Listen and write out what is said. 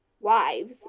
wives